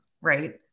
right